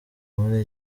muri